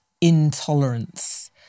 intolerance